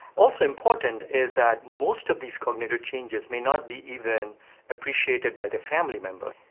also important is that most of these cognitive changes may not be even appreciated by their family member.